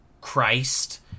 Christ